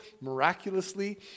miraculously